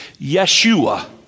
Yeshua